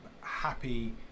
happy